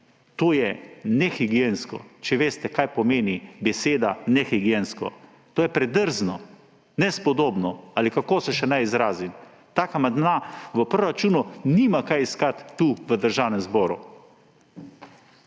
To je nehigiensko, če veste, kaj pomeni beseda nehigiensko. To je predrzno, nespodobno, ali kako naj se še izrazim. Tak amandma v proračunu nima kaj iskati tu, v Državnem zboru.